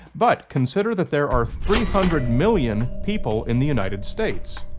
but consider that there are three hundred million people in the united states.